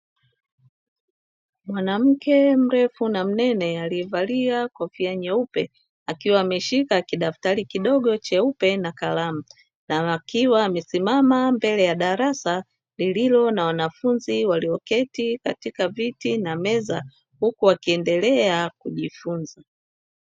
Mwanamke mrefu na mnene aliyevalia kofia nyeupe, akiwa ameshika kidaftari kidogo cheupe na kalamu, na akiwa amesimama mbele ya darasa lililo na wanafunzi walioketi katika viti na meza, huku wakiendelea kujifunza.